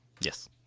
Yes